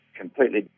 completely